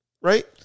Right